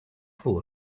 full